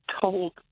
told